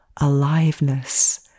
aliveness